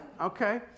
Okay